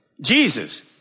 Jesus